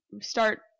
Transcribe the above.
start